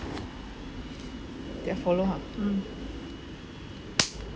then follow ha mm